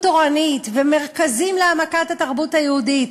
תורנית ומרכזים להעמקת התרבות היהודית,